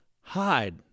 hide